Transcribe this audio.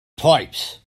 pipes